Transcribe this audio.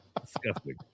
Disgusting